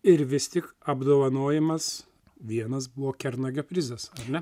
ir vis tik apdovanojimas vienas buvo kernagio prizas ar ne